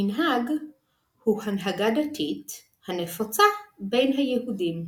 מנהג הוא הנהגה דתית הנפוצה בין היהודים.